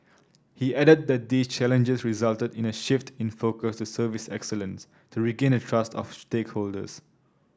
he added the these challenges resulted in a shift in focus to service excellence to regain the trust of stakeholders